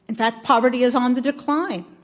and that poverty is on the decline.